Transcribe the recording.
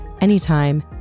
anytime